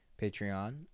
Patreon